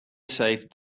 saved